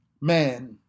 man